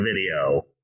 video